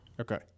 Okay